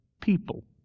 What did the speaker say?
people